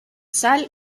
sal